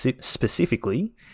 specifically